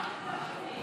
63 נגד,